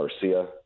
Garcia